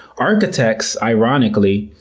architects, ironically,